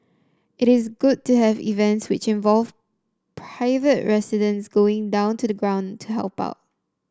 it is good to have events which involve private residents going down to the ground to help out